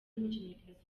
n’umukinnyikazi